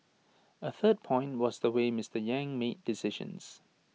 A third point was the way Mister yang made decisions